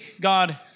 God